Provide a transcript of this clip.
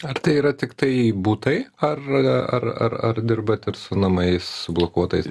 ar tai yra tiktai butai ar ar ar ar dirbat ir su namais sublokuotais